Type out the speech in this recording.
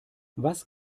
was